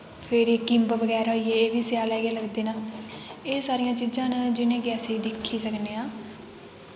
फिर किम्ब बगैरा होई गे एह् बी स्यालें गै लगदे न एह् सारियां चीजां न जिनेंगी अस एह् दिक्खी सकने आं